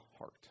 heart